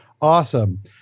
Awesome